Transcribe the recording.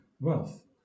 wealth